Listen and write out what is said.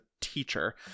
teacher